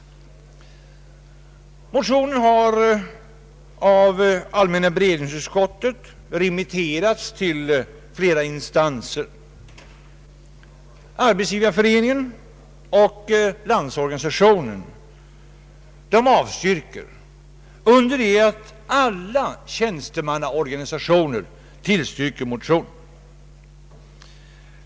Motionen har av allmänna beredningsutskottet remitterats till flera instanser. Arbetsgivareföreningen och Landsorganisationen avstyrker motionen, medan alla tjänstemannaorganisationer tillstyrker den.